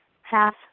half